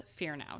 Fearnow